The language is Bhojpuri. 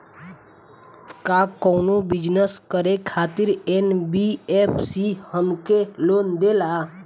का कौनो बिजनस करे खातिर एन.बी.एफ.सी हमके लोन देला?